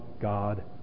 God